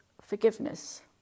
forgiveness